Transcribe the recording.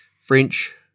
French